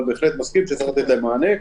אבל בהחלט מסכים שצריך לתת להן מענה.